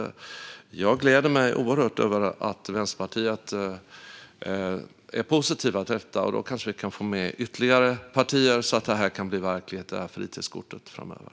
Jag gläder mig alltså oerhört åt att man i Vänsterpartiet är positiv till detta. Då kanske vi kan få med ytterligare partier, så att fritidskortet kan bli verklighet framöver.